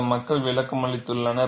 இந்த மக்கள் விளக்கம் அளித்துள்ளனர்